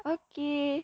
okay